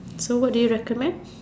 so what do you recommend